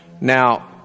now